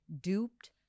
duped